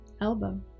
elbow